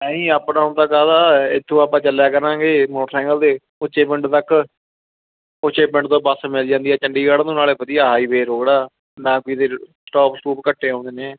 ਨਹੀਂ up down ਦਾ ਕਾਹਦਾ ਇੱਥੋਂ ਆਪਾਂ ਚੱਲਿਆ ਕਰਾਂਗੇ ਮੋਟਰਸਾਈਕਲ 'ਤੇ ਉੱਚੇ ਪਿੰਡ ਤੱਕ ਉੱਚੇ ਪਿੰਡ ਤੋਂ ਬੱਸ ਮਿਲ ਜਾਂਦੀ ਹੈ ਚੰਡੀਗੜ੍ਹ ਨੂੰ ਨਾਲੇ ਵਧੀਆ ਹਾਈਵੇ ਰੋਡ ਆ ਨਾ ਕਿਸੇ ਸਟੋਪ ਸਟੂਪ ਘੱਟੇ ਆਉਂਦੇ ਨੇ